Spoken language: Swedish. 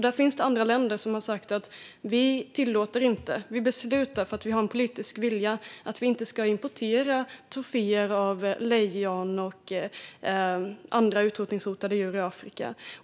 Där finns det andra länder som har sagt att de, eftersom de har en politisk vilja, har beslutat att inte tillåta import av troféer av lejon och andra utrotningshotade djur i Afrika.